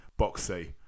boxy